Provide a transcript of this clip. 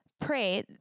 pray